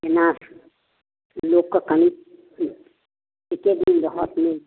जेना लोकके कनि एते दिन बहसमे